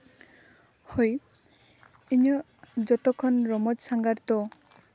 ᱦᱳᱭ ᱤᱧᱟᱹᱜ ᱡᱚᱛᱚᱠᱷᱚᱱ ᱨᱚᱢᱚᱡᱽ ᱥᱟᱸᱜᱷᱟᱨ ᱫᱚ